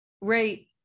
Ray